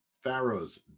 Pharaoh's